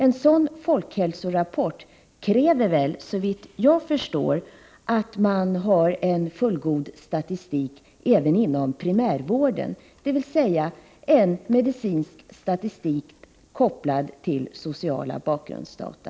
En sådan folkhälsorapport kräver, såvitt jag förstår, att det finns en fullgod statistik även inom primärvården, dvs. en medicinsk statistik kopplad till sociala bakgrundsdata.